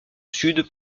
sud